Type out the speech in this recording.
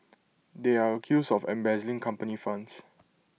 they are accused of embezzling company funds